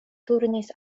turnis